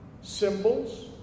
Symbols